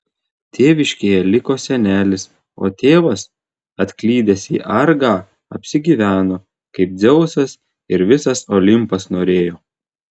tėviškėje liko senelis o tėvas atklydęs į argą apsigyveno kaip dzeusas ir visas olimpas norėjo